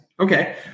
Okay